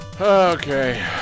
Okay